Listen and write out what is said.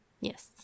Yes